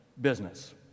business